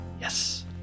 Yes